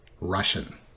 Russian